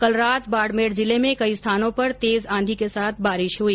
कल रात बाड़मेर जिले में कई स्थानों पर तेज आंधी के साथ बारिश हुई